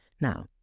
Now